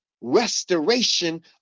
restoration